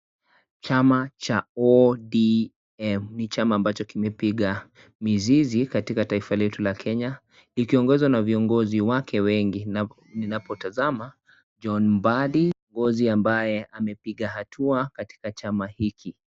Chama cha (cs)ODM(cs) ni chama ambacho kimepiga mizizi katika taifa letu la Kenya likiongozwa na viongozi wake wengi na ninapotazama John Mbadi, kiongozi ambaye amepiga hatua katika chama hiki.